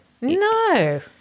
No